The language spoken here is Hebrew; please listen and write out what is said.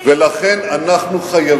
מה עם הדיור הציבורי, לכן אנחנו חייבים.